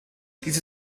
diese